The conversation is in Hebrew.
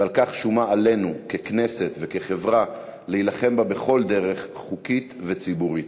ועל כן שומה עלינו ככנסת וכחברה להילחם בה בכל דרך חוקית וציבורית.